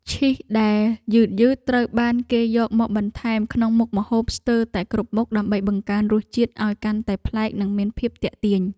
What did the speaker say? ឈីសដែលយឺតៗត្រូវបានគេយកមកបន្ថែមក្នុងមុខម្ហូបស្ទើរតែគ្រប់មុខដើម្បីបង្កើនរសជាតិឱ្យកាន់តែប្លែកនិងមានភាពទាក់ទាញ។